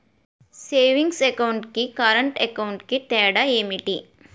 Savings account కి current account కి తేడా ఏమిటి?